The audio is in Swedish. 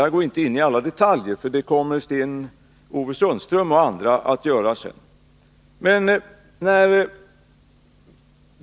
Jag skall inte gå in i alla detaljer, eftersom Sten-Ove Sundström och andra kommer att ta upp olika frågor i senare anföranden.